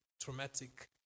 traumatic